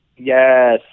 Yes